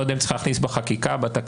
אני לא יודע אם צריך להכניס בחקיקה, בתקנות,